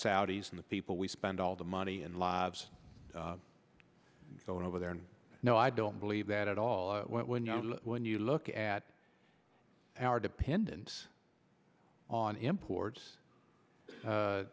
saudis and the people we spend all the money and lives going over there and no i don't believe that at all when you know when you look at our dependence on imports a